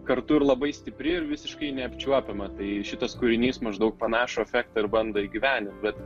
kartu ir labai stipri ir visiškai neapčiuopiama tai šitas kūrinys maždaug panašų efektą ir bando įgyvendint bet